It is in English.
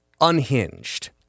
Unhinged